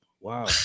wow